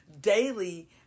daily